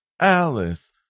Alice